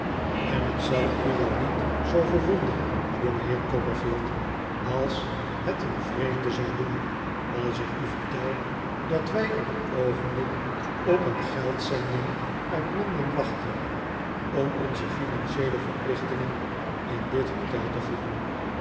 en het zal u wel niet zoo verwonderen jongeheer copperfield als het een vreemde zou doen als ik u vertel dat wij op t oogenblik op een geldzending uit londen wachten om onze financieele verplichtingen in dit hotel te voldoen